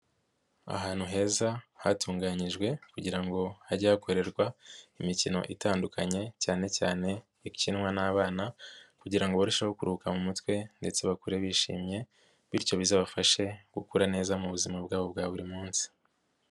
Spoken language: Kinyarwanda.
Ahantu heza hatunganyijwe kugira ngo hajye hakorerwa imikino itandukanye cyane cyane ikinwa n'abana kugira ngo barusheho kuruhuka mu mutwe ndetse bakure bishimye bityo bizabafashe gukura neza mu buzima bwabo bwa buri munsi.